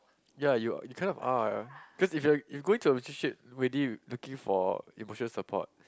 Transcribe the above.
ya you're you kind of are cause if you're if going to a relationship ready looking for emotion support